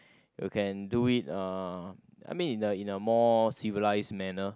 you can do it uh I mean in a in a more civilized manner